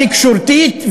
התקשורתית,